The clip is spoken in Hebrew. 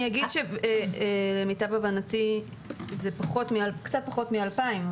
למיטב הבנתי זה קצת פחות מ-2,000.